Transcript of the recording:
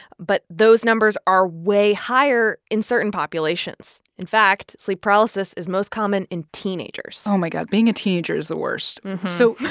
but those numbers are way higher in certain populations. in fact, sleep paralysis is most common in teenagers oh, my god. being a teenager is the worst so